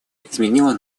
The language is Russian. изменили